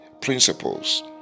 principles